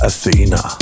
Athena